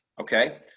okay